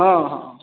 हँ हँ